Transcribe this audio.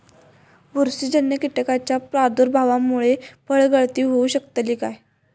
बुरशीजन्य कीटकाच्या प्रादुर्भावामूळे फळगळती होऊ शकतली काय?